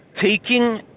taking